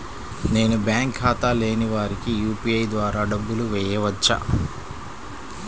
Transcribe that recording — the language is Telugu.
నేను బ్యాంక్ ఖాతా లేని వారికి యూ.పీ.ఐ ద్వారా డబ్బులు వేయచ్చా?